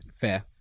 fair